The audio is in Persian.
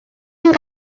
این